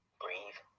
breathe